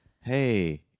hey